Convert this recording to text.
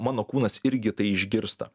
mano kūnas irgi tai išgirsta